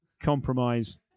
compromise